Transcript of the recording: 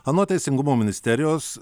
anot teisingumo ministerijos